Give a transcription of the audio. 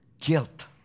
guilt